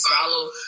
follow